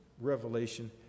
revelation